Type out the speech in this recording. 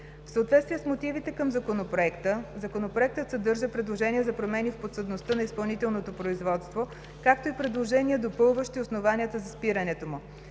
В съответствие с мотивите към Законопроекта той съдържа предложения за промени в подсъдността на изпълнителното производство, както и предложения, допълващи основанията за спирането му.